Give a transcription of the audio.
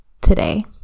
today